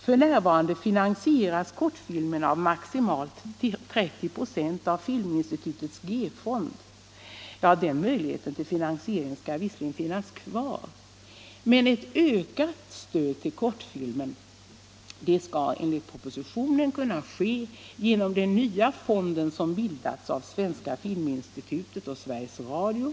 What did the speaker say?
F. n. finansieras kortfilmen av maximalt 30 96 av Filminstitutets G-fond . Den möjligheten till finansiering skall visserligen finnas kvar, men ett ökat stöd till kortfilmen skall kunna lämnas genom den aya fonden som bildats av Svenska filminstitutet och Sveriges Radio.